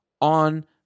on